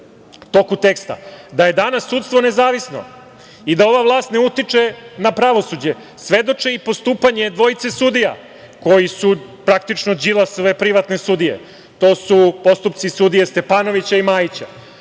toku teksta. Da je danas sudstvo nezavisno i da ova vlast ne utiče na pravosuđe svedoči i postupanje dvojice sudija koji su praktično Đilasove privatne sudije. To su postupci sudije Stepanovića i Majića.